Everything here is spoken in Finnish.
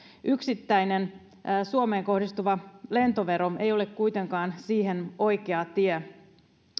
yksittäinen suomeen kohdistuva lentovero ei ole kuitenkaan siihen oikea tie